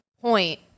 point